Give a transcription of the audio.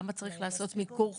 למה צריך לעשות מיקור חוץ.